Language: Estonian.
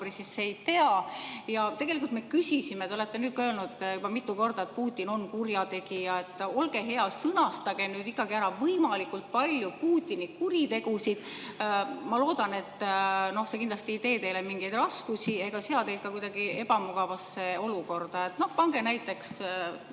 sisse, ei tea. Aga tegelikult me küsisime ka selle kohta. Te olete öelnud juba mitu korda, et Putin on kurjategija. Olge hea, sõnastage ikkagi ära võimalikult palju Putini kuritegusid. Ma loodan, et see kindlasti ei tee teile mingeid raskusi ega sea teid ka kuidagi ebamugavasse olukorda. Pange näiteks